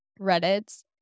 Reddits